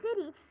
City